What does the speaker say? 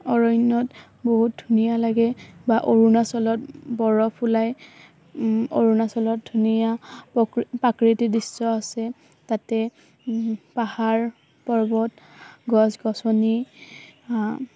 অৰণ্যত বহুত ধুনীয়া লাগে বা অৰুণাচলত বৰফ ওলাই অৰুণাচলত ধুনীয়া প্ৰাকৃতিক দৃশ্য আছে তাতে পাহাৰ পৰ্বত গছ গছনি